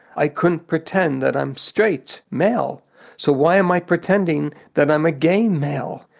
i couldn't pretend that i'm straight male so why am i pretending that i'm a gay male?